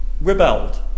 rebelled